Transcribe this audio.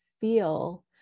feel